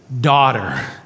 Daughter